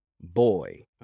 boy